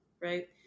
right